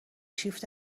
شیفت